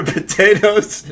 Potatoes